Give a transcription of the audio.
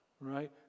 right